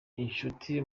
inshuti